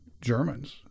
Germans